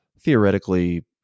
theoretically